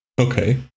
Okay